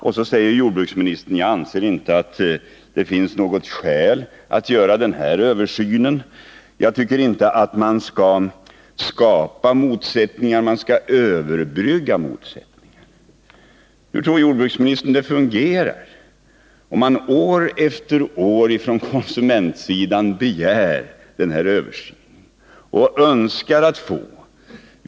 Och så säger jordbruksministern: Jag anser inte att det finns något skäl att göra den här översynen. Jag tycker inte att man skall skapa motsättningar, utan man skall överbrygga motsättningar. Hur tror jordbruksministern att det fungerar om man från konsumentsidan år efter år begär den här översynen men inte får gehör för detta krav?